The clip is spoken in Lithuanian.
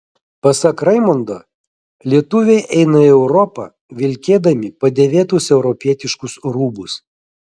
pasak raimundo lietuviai eina į europą vilkėdami padėvėtus europietiškus rūbus